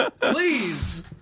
Please